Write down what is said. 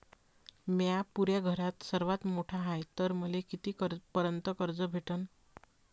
म्या पुऱ्या घरात सर्वांत मोठा हाय तर मले किती पर्यंत कर्ज भेटन?